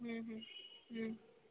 ಹ್ಞೂ ಹ್ಞೂ ಹ್ಞೂ